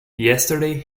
yesterday